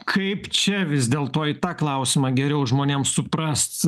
kaip čia vis dėl to į tą klausimą geriau žmonėms suprast